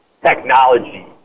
technology